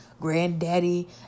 granddaddy